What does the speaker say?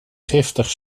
giftig